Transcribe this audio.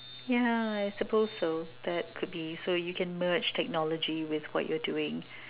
yeah I suppose so that could be so you can merge technology with what you are doing